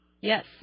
Yes